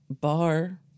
bar